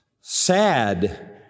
sad